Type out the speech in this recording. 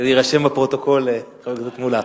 זה יירשם בפרוטוקול, חבר הכנסת מולה.